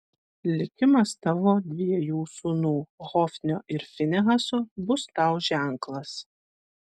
likimas tavo dviejų sūnų hofnio ir finehaso bus tau ženklas